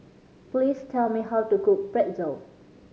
please tell me how to cook Pretzel